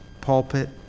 pulpit